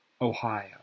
Ohio